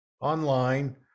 online